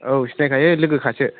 औ सिनायखायो लोगोखासो